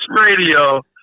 radio